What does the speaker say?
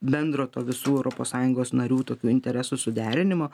bendro to visų europos sąjungos narių tokio interesų suderinimo